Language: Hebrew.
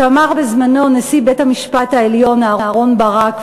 שאמר בזמנו נשיא בית-המשפט העליון אהרן ברק.